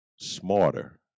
smarter